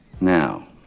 now